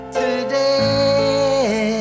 today